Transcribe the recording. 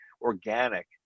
organic